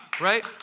Right